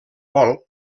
vol